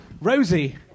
Rosie